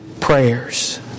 prayers